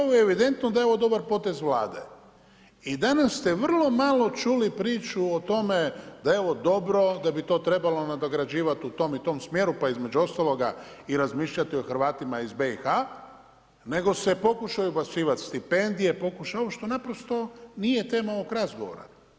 Ovo je evidentno da je ovo dobar potez Vlade i danas ste vrlo malo čuli priču o tome da je ovo dobro, da bi to trebalo nadograđivat u tom i tom smjeru, pa između ostaloga i razmišljati o Hrvatima iz BiH, nego se pokušaju ubacivat stipendije, što naprosto nije tema ovog razgovora.